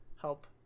help